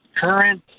current